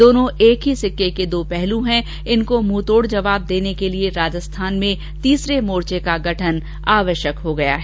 दोनों एक ही सिक्के के दो पहलू हैं इनको मुंहतोड़ जवाब देने के लिए राजस्थान में तीसरे मोर्च का गठन अत्यंत आवश्यक हो गया है